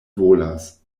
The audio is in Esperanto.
volas